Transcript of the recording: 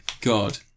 God